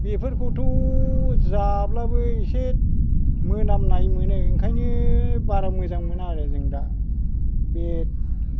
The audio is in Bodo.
बेफोरखौथ' जाब्लाबो एसे मोनामनाय मोनो ओंखायनो बारा मोजां मोना आरो जों दा बे